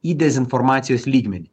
į dezinformacijos lygmenį